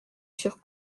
sur